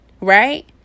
Right